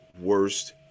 worst